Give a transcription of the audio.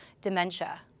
dementia